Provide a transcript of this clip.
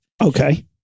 Okay